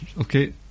Okay